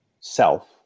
self